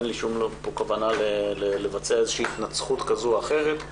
אין לי כוונה לבצע איזושהי התנצחות כזאת או אחרת.